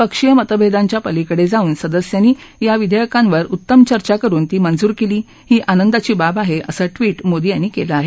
पक्षीय मतभेदांच्या पलिकेडे जाऊन सदस्यांनी या विधेयकांवर उत्तम चर्चा करुन ती मंजूर केली ही आनंदाची बाब आहे असं ट्विट मोदी यांनी केलं आहे